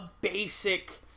basic